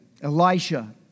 Elisha